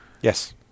Yes